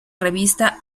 revista